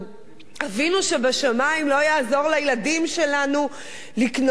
אבינו שבשמים לא יעזור לילדים שלנו לקנות דירה,